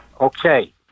Okay